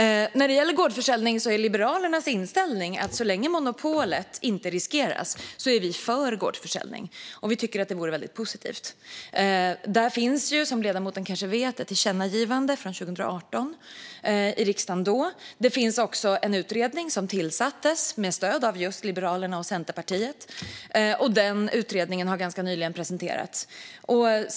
Från Liberalernas sida är vi för gårdsförsäljning så länge monopolet inte riskeras. Vi tycker att det vore väldigt positivt. Som ledamoten kanske vet finns det ett tillkännagivande från riksdagen från 2018. Det finns också en utredning som tillsattes med stöd av just Liberalerna och Centerpartiet, och denna utredning har ganska nyligen presenterats.